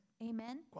amen